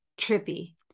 trippy